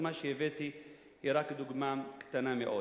הדוגמה שהבאתי היא רק דוגמה קטנה מאוד.